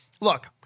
Look